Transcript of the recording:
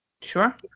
Sure